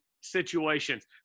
situations